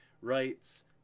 rights